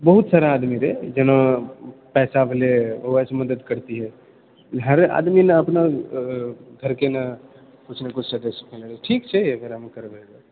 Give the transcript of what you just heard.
बहुत सारा आदमी रहए जेना पैसा भेलै ओएहसँ मदद करतिऐ हर आदमी ने अपना घरके ने किछु ने किछु सदस्य ठीक छै एकरामे करबै